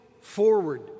forward